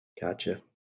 Gotcha